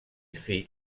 fait